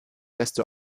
desto